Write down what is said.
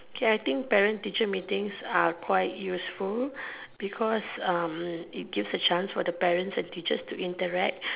okay I think parent teacher meetings are quite useful because um it gives a chance for the parents and teachers to interact